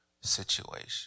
situation